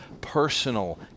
personal